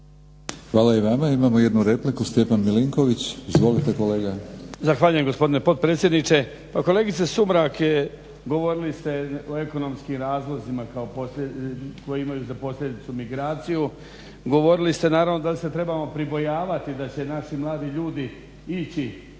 Hvala i vama. Imamo jednu repliku Stjepan Milinković. Izvolite kolega. **Milinković, Stjepan (HDZ)** Zahvaljujem gospodine potpredsjedniče. Pa kolegice Sumrak govorili ste o ekonomskim razlozima koji imaju za posljedicu migraciju, govorili ste naravno da se trebamo pribojavati da će naši mladi ljudi ići